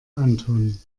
anton